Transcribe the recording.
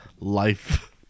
life